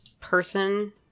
person